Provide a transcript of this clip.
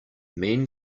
men